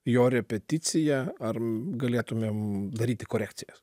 jo repeticija ar galėtumėm daryti korekcijas